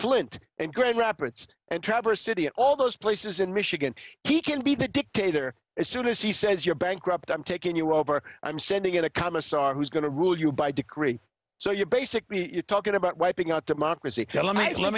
flint and grand rapids and traverse city and all those places in michigan he can be the dictator as soon as he says you're bankrupt i'm taking you over i'm sending in a commissar who's going to rule you by decree so you're basically you talking about wiping out democracy let me let